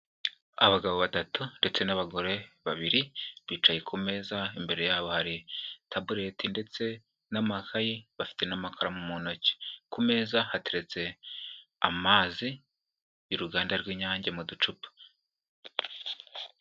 Abagabo batatu ndetse n'abagore babiri bicaye ku meza, imbere yabo hari tabureti ndetse n'amakayi, bafite n'amakaramu mu ntoki ku meza hateretse amazi y'uruganda rw'Inyange mu ducupa.